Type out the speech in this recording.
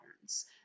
patterns